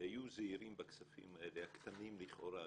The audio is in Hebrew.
- היו זהירים בכספים האלה, הקטנים לכאורה.